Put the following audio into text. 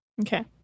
Okay